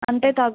అంటే త